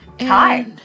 Hi